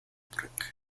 brück